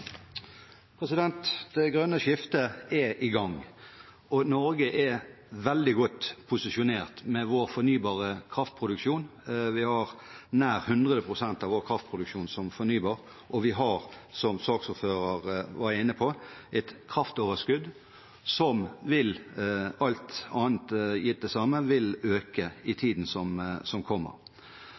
Det grønne skiftet er i gang, og Norge er veldig godt posisjonert med vår fornybare kraftproduksjon. Nær 100 pst. av vår kraftproduksjon er fornybar, og vi har, som saksordføreren var inne på, et kraftoverskudd som – alt annet gitt det samme – vil øke i tiden som kommer. For et land som